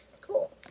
Cool